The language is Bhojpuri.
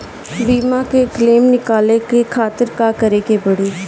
बीमा के क्लेम निकाले के खातिर का करे के पड़ी?